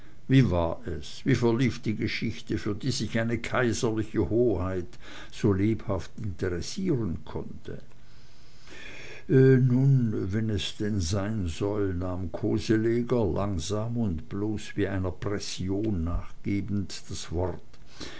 wie war es wie verlief die geschichte für die sich eine kaiserliche hoheit so lebhaft interessieren konnte nun wenn es denn sein soll nahm koseleger langsam und wie bloß einer pression nachgebend das wort